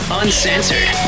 uncensored